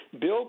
Bill